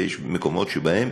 ויש מקומות שבהם